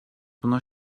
buna